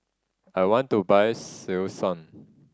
I want to buy Selsun